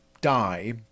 die